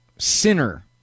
Sinner